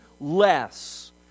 less